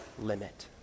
limit